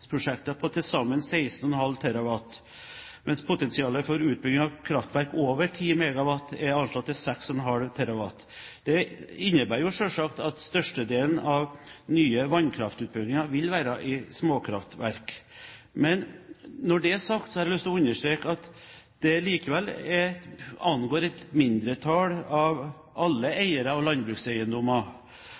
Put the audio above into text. på til sammen 16,5 TWh, mens potensialet for utbygging av kraftverk over 10 MW er anslått til 6,5 TWh. Det innebærer selvsagt at størstedelen av nye vannkraftutbygginger vil være i småkraftverk. Når det er sagt, har jeg lyst til å understreke at det likevel angår et mindretall av alle eiere av landbrukseiendommer,